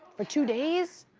for two days?